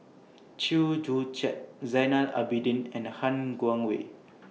Chew Joo Chiat Zainal Abidin and Han Guangwei